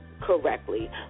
correctly